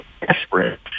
desperate